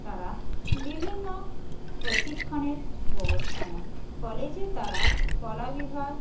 তারা বিভিন্ন প্রশিক্ষণের ব্যবস্থা নেয় কলেজে তারা কলা বিভাগ